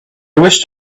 wished